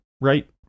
Right